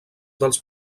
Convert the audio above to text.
dels